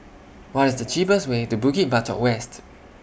What IS The cheapest Way to Bukit Batok West